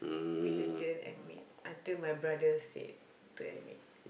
we just didn't admit until my brother said to admit